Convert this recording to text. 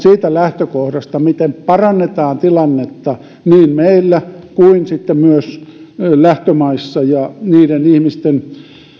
siitä lähtökohdasta miten parannetaan tilannetta niin meillä kuin myös lähtömaissa ja niiden ihmisten